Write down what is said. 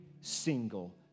single